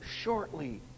shortly